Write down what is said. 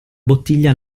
bottiglia